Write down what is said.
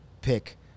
pick